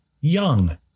young